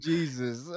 Jesus